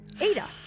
Ada